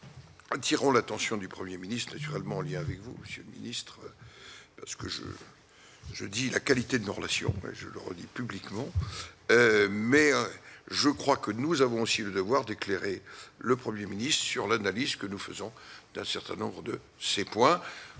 nous attirons l'attention du 1er ministre généralement lien avec vous, monsieur le ministre, ce que je, je dis : la qualité de nos relations, je le redis publiquement mais je crois que nous avons aussi le devoir d'éclairer le 1er ministre sur l'analyse que nous faisons d'un certain nombre de ces points,